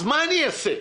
אז מה אני אעשה?